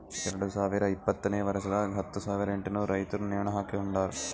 ಎರಡು ಸಾವಿರ ಇಪ್ಪತ್ತನೆ ವರ್ಷದಾಗ್ ಹತ್ತು ಸಾವಿರ ಎಂಟನೂರು ರೈತುರ್ ನೇಣ ಹಾಕೊಂಡಾರ್